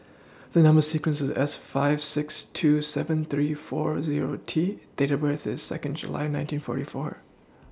The Number sequence IS S five six two seven three four Zero T Date of birth IS Second July nineteen forty four